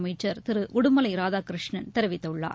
அமைச்சர் திரு உடுமலை ராதாகிருஷ்ணன் தெரிவித்துள்ளார்